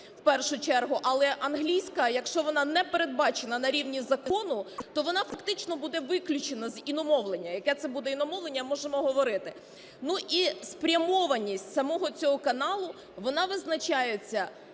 в першу чергу. Але англійська, якщо вона не передбачена на рівні закону, то вона, фактично, буде виключена з іномовлення. Яке це буде іномовлення, можемо говорити. Ну, і спрямованість самого цього каналу, вона визначається